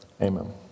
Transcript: Amen